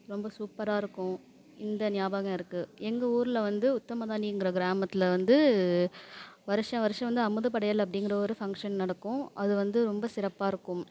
ரொம்ப சூப்பராக இருக்கும் இந்த நியாபகம் இருக்கு எங்கள் ஊரில் வந்து உத்தமதானிங்குற கிராமத்தில் வந்து வருஷம் வருஷம் வந்து அமுதப்படையல் அப்படிங்கற ஒரு ஃபங்க்ஷன் நடக்கும் அது வந்து ரொம்ப சிறப்பாக இருக்கும்